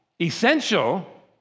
essential